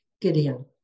Gideon